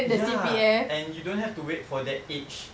ya and you don't have to wait for that age